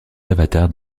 avatars